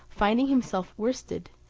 finding himself worsted,